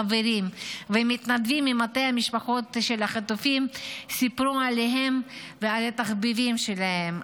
חברים ומתנדבים ממטה המשפחות של החטופים סיפרו עליהם ועל התחביבים שלהם,